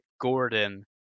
Gordon